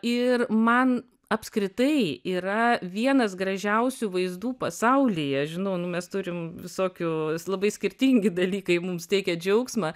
ir man apskritai yra vienas gražiausių vaizdų pasaulyje žinau nu mes turim visokių labai skirtingi dalykai mums teikia džiaugsmą